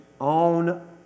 own